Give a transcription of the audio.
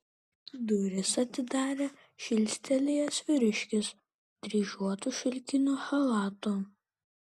duris atidarė žilstelėjęs vyriškis dryžuotu šilkiniu chalatu